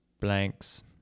blanks